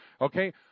Okay